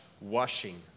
washing